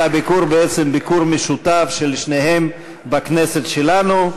והביקור הוא ביקור משותף של שניהם בכנסת שלנו.